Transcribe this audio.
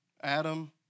Adam